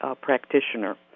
practitioner